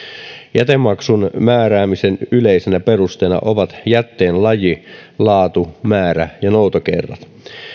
jätemaksun määräämisen yleisenä perusteena ovat jätteen laji laatu määrä ja noutokerrat